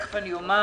תיכף אני אומר.